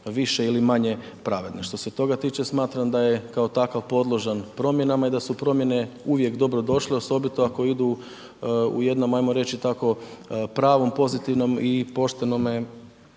više ili manje pravedne. Što se toga tiče smatram da je kao takav podložan promjenama i da su promjene uvijek dobrodošle osobito ako idu u jednom ajmo reći tako, pravom, pozitivnom i poštenome